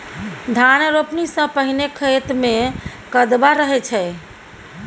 धान रोपणी सँ पहिने खेत मे कदबा रहै छै